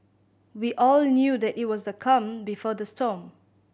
we all knew that it was the calm before the storm